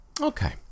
Okay